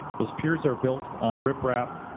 those piers are built on riprap.